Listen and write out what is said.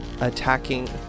attacking